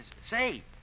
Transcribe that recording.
Say